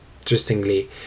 Interestingly